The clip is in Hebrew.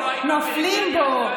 נופלים בו.